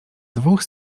dwóch